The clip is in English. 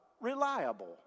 reliable